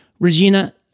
Regina